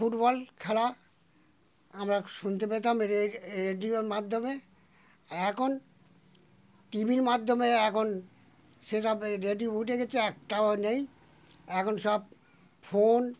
football খেলা আমরা শুনতে পেতাম রে রেডিওর মাধ্যমে এখন টিভির মাধ্যমে এখন সে সব রেডিও উঠে গেছে একটাও নেই এখন সব ফোন